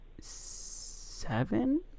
seven